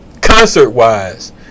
concert-wise